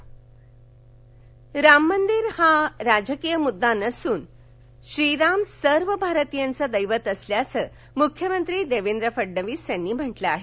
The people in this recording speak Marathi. राममंदिर राम मंदिर हा राजकीय मुद्दा नसून तर श्रीराम सर्व भारतीयांचं दैवत असल्याचं मुख्यमंत्री देवेंद्र फडणवीस यांनी म्हटलं आहे